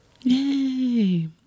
Yay